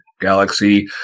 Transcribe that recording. galaxy